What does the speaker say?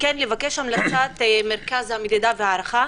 לבקש גם את המלצת מרכז המדידה וההערכה,